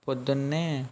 పొద్దున్నే